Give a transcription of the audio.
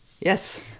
Yes